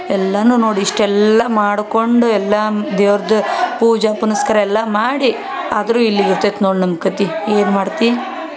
ಎಲ್ಲವೂ ನೋಡಿ ಇಷ್ಟೆಲ್ಲ ಮಾಡಿಕೊಂಡು ಎಲ್ಲ ದೇವ್ರ್ದು ಪೂಜೆ ಪುನಸ್ಕಾರ ಎಲ್ಲ ಮಾಡಿ ಆದ್ರೂ ಇಲ್ಲಿ ಇರ್ತೈತಿ ನೋಡಿ ನಮ್ಮ ಕತೆ ಏನು ಮಾಡ್ತಿ